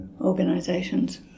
organisations